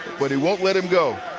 but he won't let him go.